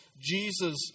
Jesus